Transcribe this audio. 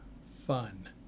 fun